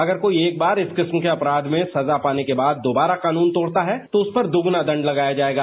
अगर कोई एक बार इस किस्म के अपराध में सजा पाने के बाद दोबारा कानून तोड़ता है तो उस पर दोगुना दंड लगाया जाएगा